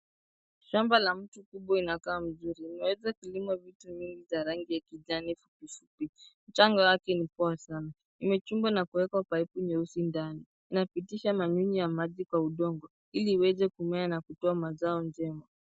Shamba la mti kubwa inakaa mzuri. Imeweza kulima vitu mingi ya rangi ya kijani kibichi. Mchanga wake ni poa sana. Imechimbwa na kuwekwa paipu nyeusi ndani. Inapitisha manure ya maji kwa udongo, ili iweze kumea na kutoa mazao njema.